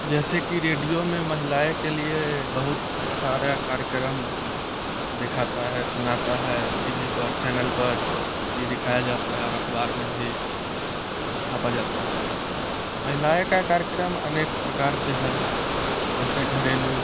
जैसे कि रेडियो में महिलाएँ के लिए बहुत सारा कार्यक्रम दिखाता है सुनाता है टी वी पर चैनल पर भी दिखाया जाता है और अखबार में भी छापा जाता है महिलाएँ का कार्यक्रम अनेक प्रकार से है जैसे घरेलू